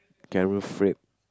caramel frappe